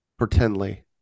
Pretendly